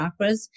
chakras